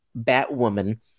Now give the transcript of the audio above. Batwoman